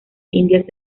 indias